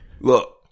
look